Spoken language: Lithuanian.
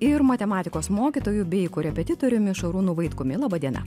ir matematikos mokytoju bei korepetitoriumi šarūnu vaitkumi laba diena